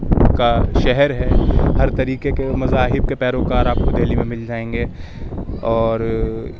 کا شہر ہے ہر طریقے کے مذاہب کے پیروکار آپ کو دہلی میں مل جائیں گے اور